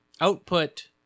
output